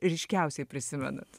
ryškiausiai prisimenat